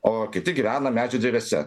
o kiti gyvena medžių drevėse